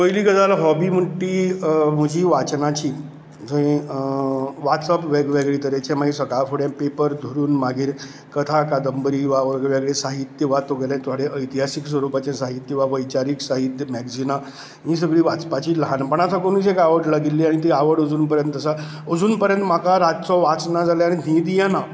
पयलीं गजाल हाॅबी म्हणटा ती म्हजी वाचनाची आनी वाचप वेगवेगळें तरेचें मागीर सकाळी फुडें पेपर धरून मागीर कथा कादंबरी वा वेगवेगळें साहित्य वा तुगेलें थोडें इतिहासीक स्वरुपाचें साहित्य वा वैचारीक साहित्य मेग्जिनां हीं सगळीं वाचपाचीं ल्हानपणां साकून एक आवड लागिल्ली आनी ती आवड अजून पर्यंत आसा अजून पर्यंत म्हाका रातचो वाचना जाल्यार न्हीद येना